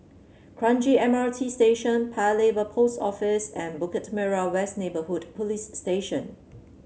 Kranji M R T Station Paya Lebar Post Office and Bukit Merah West Neighbourhood Police Station